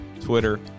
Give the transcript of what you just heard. Twitter